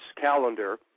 calendar